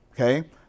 Okay